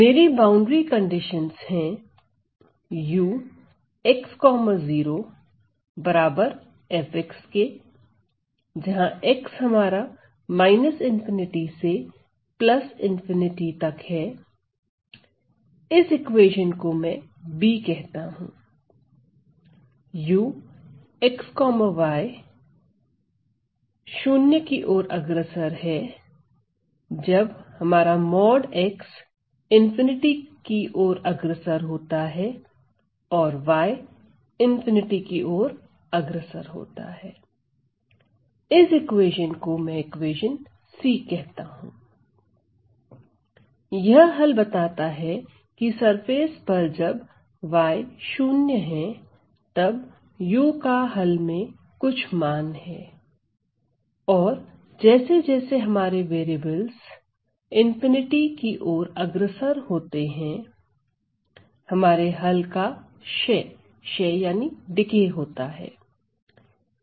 मेरी boundary conditions है यह हल बताता है की सरफेस पर जब y शून्य है तब u का हल में कुछ मान है और जैसे जैसे हमारे वेरिएबलस ∞ की ओर अग्रसर होते हैं हमारे हल का क्षय होता है